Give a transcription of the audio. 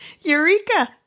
Eureka